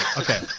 Okay